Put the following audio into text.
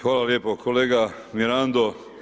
Hvala lijepo kolega Mirando.